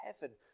heaven